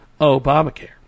Obamacare